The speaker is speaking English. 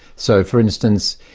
so for instance,